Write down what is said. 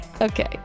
Okay